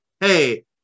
hey